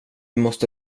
måste